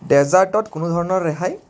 ডেজাৰ্টত কোনো ধৰণৰ ৰেহাই